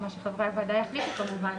מה שחברי הוועדה יחליטו כמובן,